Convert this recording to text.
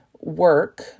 work